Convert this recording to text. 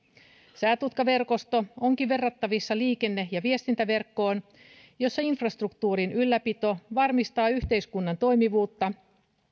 säätutkaverkosto onkin verrattavissa liikenne ja viestintäverkkoon jossa infrastruktuurin ylläpito varmistaa yhteiskunnan toimivuutta